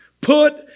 put